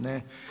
Ne.